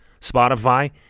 Spotify